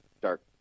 dark